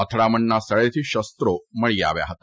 અથડામણના સ્થળેથી શો મળી આવ્યા હતા